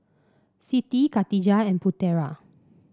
Siti Katijah and Putera